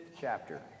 chapter